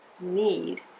need